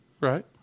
Right